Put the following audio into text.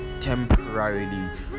temporarily